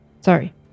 Sorry